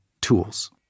tools